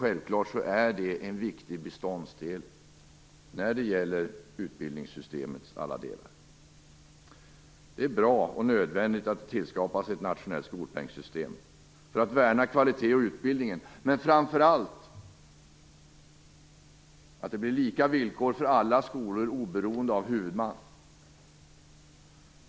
Självfallet är det en viktig beståndsdel när det gäller utbildningssystemets alla delar. Det är bra och nödvändigt att ett nationellt skolpengsystem tillskapas för att värna kvalitet och utbildning, men framför allt för att det skall bli lika villkor för alla skolor oberoende av huvudman.